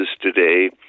today